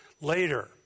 later